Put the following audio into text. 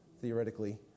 theoretically